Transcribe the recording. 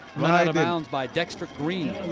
run out of bounds by dexter green.